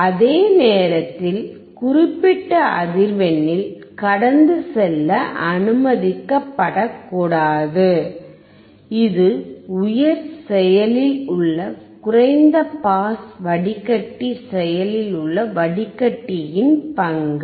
அதே நேரத்தில் குறிப்பிட்ட அதிர்வெண்ணில் கடந்து செல்ல அனுமதிக்கப்படக்கூடாது இது உயர் செயலில் உள்ள குறைந்த பாஸ் வடிகட்டி செயலில் உள்ள வடிகட்டியின் பங்கு